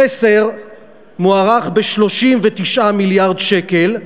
החסר מוערך ב-39 מיליארד שקל,